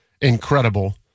incredible